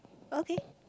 okay